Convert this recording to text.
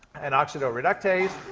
an oxidoreductase,